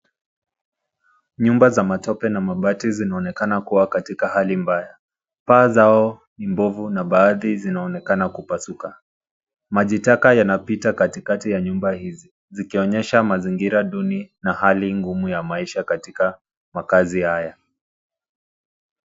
Nyumba za matope na mabati zinaonekana kuwa katika hali mbaya. Paa zao ni mbovu na baadhi zinaonekana kupasuka. Maji taka yanapita katikati ya nyumba hizi zikionyesha mazingira duni na hali ngumu ya maisha katika makazi haya.